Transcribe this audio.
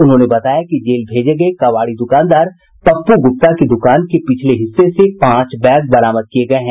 उन्होंने बताया कि जेल भेजे गये कबाड़ी दुकानदार पप्पू गुप्ता की दुकान के पिछले हिस्से से पांच बैग बरामद किये गये है